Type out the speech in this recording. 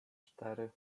cztery